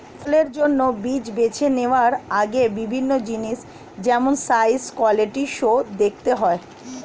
ফসলের জন্য বীজ বেছে নেওয়ার আগে বিভিন্ন জিনিস যেমন সাইজ, কোয়ালিটি সো দেখতে হয়